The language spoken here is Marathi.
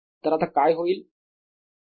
तर आता काय होईल